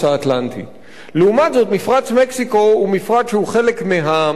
לעומת זאת מפרץ מקסיקו הוא מפרץ שהוא חלק מהאוקיינוס האטלנטי.